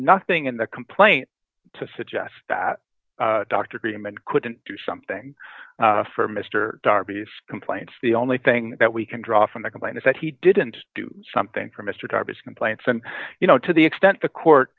nothing in the complaint to suggest that dr freeman couldn't do something for mr darby complaints the only thing that we can draw from the complaint is that he didn't do something for mr jarvis complaints and you know to the extent the court